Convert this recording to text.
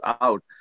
out